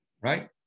right